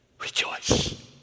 rejoice